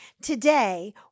Today